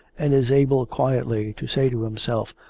and is able quietly to say to himself,